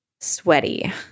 sweaty